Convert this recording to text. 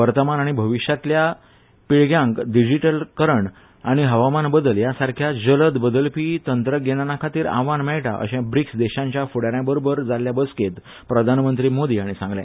वर्तमान आनी भविष्यातल्या पिळग्यांक डिजीटीलीकरण आनी हवामान बदल ह्या सारख्या जलद बदलपी तंत्रगिज्ञानाखातीर आव्हान मेळटा अशे ब्रीक्स देशांच्या फुड़ा यांबरोबर जाल्ल्या बसकेत प्रधानमंत्री मोदी हांणी सांगले